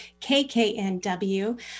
KKNW